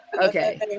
Okay